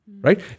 Right